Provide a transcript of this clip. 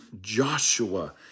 Joshua